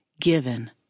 given